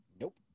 Nope